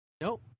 Nope